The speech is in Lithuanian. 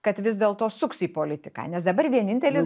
kad vis dėlto suks į politiką nes dabar vienintelis